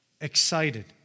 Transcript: Excited